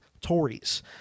Tories